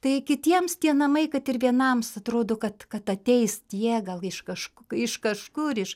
tai kitiems tie namai kad ir vienams atrodo kad kad ateis tie gal iš kažku iš kažkur iš